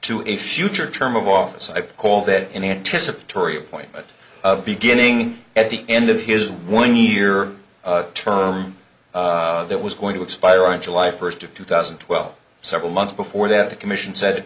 to a future term of office i call that an anticipatory appointment of beginning at the end of his one year term that was going to expire on july first of two thousand and twelve several months before that the commission said